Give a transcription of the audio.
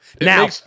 now